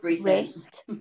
rest